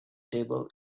table